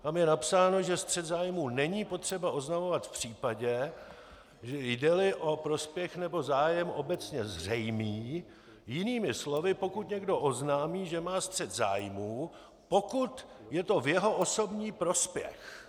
Tam je napsáno, že střet zájmů není potřeba oznamovat v případě, jdeli o prospěch nebo zájem obecně zřejmý, jinými slovy, pokud někdo oznámí, že má střet zájmů, pokud je to v jeho osobní prospěch.